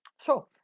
Sure